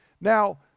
Now